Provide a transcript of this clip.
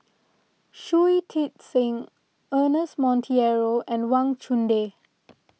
Shui Tit Sing Ernest Monteiro and Wang Chunde